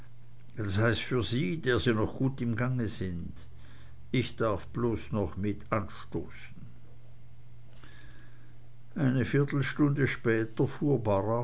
das heißt für sie der sie noch gut im gange sind ich darf bloß noch mit anstoßen eine viertelstunde später fuhr